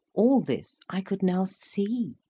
all this i could now see,